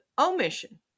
omission